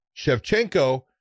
Shevchenko